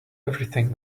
everything